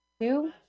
two